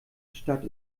stadt